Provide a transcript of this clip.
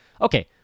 okay